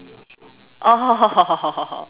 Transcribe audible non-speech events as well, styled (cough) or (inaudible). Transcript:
oh (laughs)